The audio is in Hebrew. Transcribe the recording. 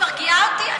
את מרגיעה אותי?